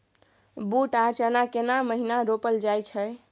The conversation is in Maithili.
बूट आ चना केना महिना रोपल जाय छै?